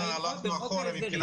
שנייה, חברת הכנסת בליאק, בבקשה.